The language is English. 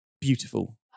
beautiful